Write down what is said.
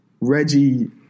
Reggie